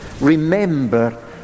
Remember